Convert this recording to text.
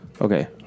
Okay